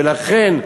ולכן,